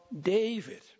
David